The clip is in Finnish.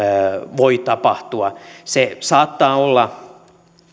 voi tapahtua se saattaa olla